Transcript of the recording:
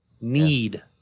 Need